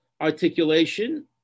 articulation